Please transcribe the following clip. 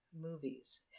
movies